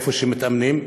במקום שמתאמנים,